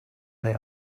they